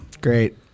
Great